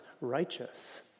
righteous